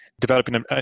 developing